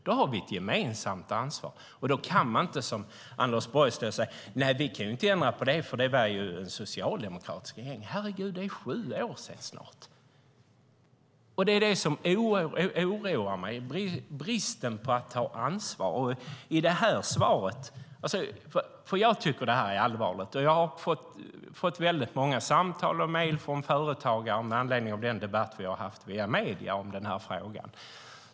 Då har vi ett gemensamt ansvar, och då kan man inte som Anders Borg stå och säga: Vi kan inte ändra på det, för det var en socialdemokratisk regering som gjorde det. Herregud, det är snart sju år sedan! Det är det som oroar mig: bristen på att ta ansvar. Jag tycker att detta är allvarligt. Jag har fått många samtal och mejl från företagare med anledning av den debatt som vi har haft via medierna om frågan.